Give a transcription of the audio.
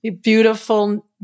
beautiful